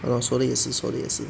!hannor! 说的也是说的也是